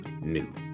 new